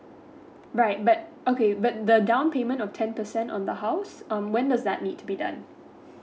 right but okay the down payment of ten percent on the house um when does that need to be done